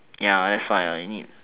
ya that's why you need